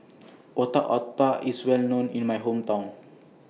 Otak Otak IS Well known in My Hometown